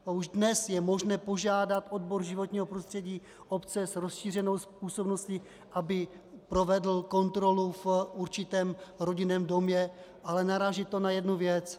Už dnes je možné požádat odbor životního prostředí obce s rozšířenou působností, aby provedl kontrolu v určitém rodinném domě, ale naráží to na jednu věc.